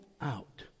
out